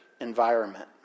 environment